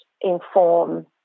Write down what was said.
inform